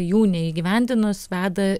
jų neįgyvendinus veda